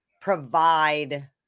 provide